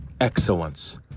Excellence